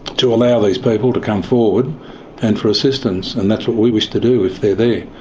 to allow these people to come forward and for assistance, and that's what we wish to do if they're there.